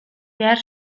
behar